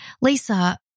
Lisa